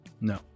no